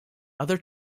other